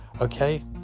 okay